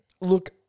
look